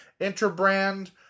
interbrand